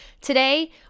Today